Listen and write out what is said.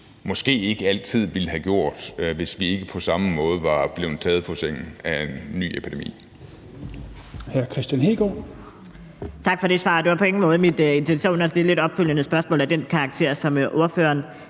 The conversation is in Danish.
måske ikke altid ville have gjort, hvis vi ikke på samme måde var blevet taget på sengen af en ny epidemi.